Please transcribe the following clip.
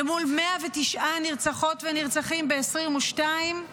למול 109 נרצחות ונרצחים ב-2022,